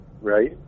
right